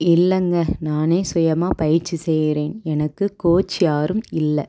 இல்லைங்க நானே சுயமாக பயிற்சி செய்கிறேன் எனக்கு கோச் யாரும் இல்லை